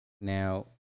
Now